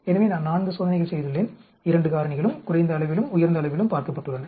எனவே நான் 4 சோதனைகள் செய்துள்ளேன் இரண்டு காரணிகளும் குறைந்த அளவிலும் உயர்ந்த அளவிலும் பார்க்கப்பட்டுள்ளன